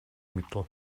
mittel